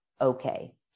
okay